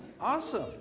Awesome